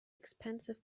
expensive